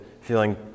feeling